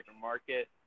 market